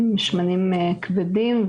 אלה שמנים כבדים,